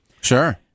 sure